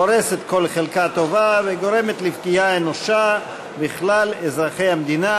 הורסת כל חלקה טובה וגורמת לפגיעה אנושה בכלל אזרחי המדינה,